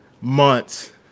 months